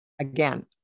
Again